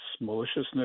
maliciousness